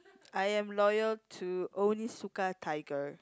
I am loyal to Onitsuka-Tiger